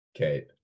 Okay